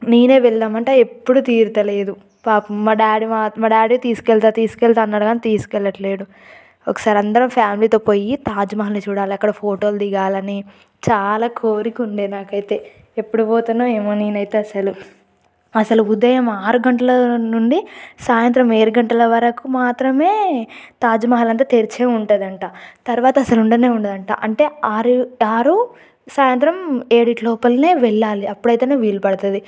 నేనే వెళ్దామంటే అది ఎప్పుడూ తీరుతలేదు పాపం మా డాడీ మా డాడీ తీసుకెళ్తా తీసుకెళ్తా అన్నాడు కానీ తీసుకెళ్లట్లేడు ఒకసారి అందరం ఫ్యామిలీతో పొయ్యి తాజ్మహల్ని చూడాలి అక్కడ ఫోటోలు దిగాలని చాలా కోరిక ఉండే నాకైతే ఎప్పుడు పోతానో ఏమో నేనైతే అసలు అసలు ఉదయం ఆరు గంటల నుండి సాయంత్రం ఏడు గంటల వరకు మాత్రమే తాజమహల్ అంతా తెరిచే ఉంటుంది అంట తర్వాత అసలు ఉండనే ఉండదంట అంటే ఆరు ఆరు సాయంత్రం ఎడిటిలోపలోనే వెళ్ళాలి అప్పుడైతేనే వీలు పడుతుంది